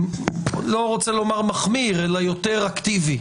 לא רוצה לומר מחמיר, אלא יותר אקטיבי.